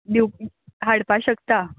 दिव हाडपा शकता